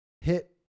Hit